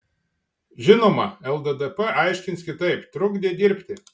žinoma lddp aiškins kitaip trukdė dirbti